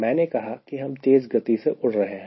मैंने कहा कि हम तेज गति से उड़ रहे हैं